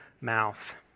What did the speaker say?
mouth